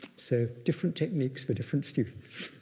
so, different techniques for different students.